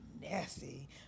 Nasty